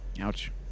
Ouch